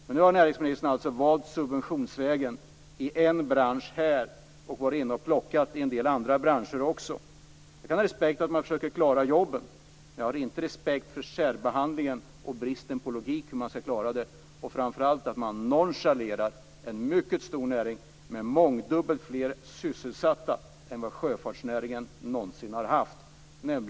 Men nu har näringsministern alltså valt subventionsvägen i en bransch. Han har också varit inne och plockat i en del andra branscher. Jag kan ha respekt för att man försöker klara jobben. Men jag har inte respekt för särbehandling och brist på logik. Framför allt nonchalerar man en mycket stor näring, nämligen åkerinäringen, med mångdubbelt fler sysselsatta än vad sjöfartsnäringen någonsin har haft.